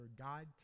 God